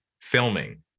filming